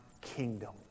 kingdom